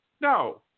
No